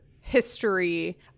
history